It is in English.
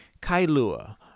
Kailua